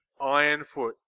Ironfoot